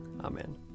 Amen